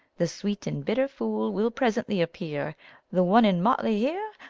the sweet and bitter fool will presently appear the one in motley here,